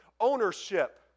ownership